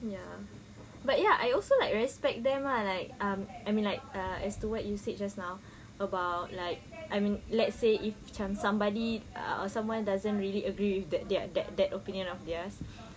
ya but ya I also like respect them ah like um I mean like ah as to what you said just now about like I mean let's say if macam somebody or someone doesn't really agree with that that that opinion of theirs